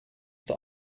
that